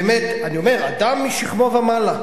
באמת, אני אומר, אדם משכמו ומעלה.